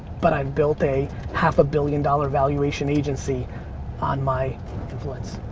but i've built a half a billion dollar valuation agency on my influence.